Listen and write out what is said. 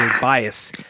bias